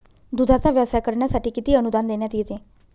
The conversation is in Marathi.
दूधाचा व्यवसाय करण्यासाठी किती अनुदान देण्यात येते?